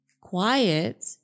Quiet